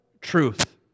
truth